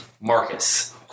Marcus